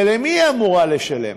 ולמי היא אמורה לשלם?